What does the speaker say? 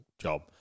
job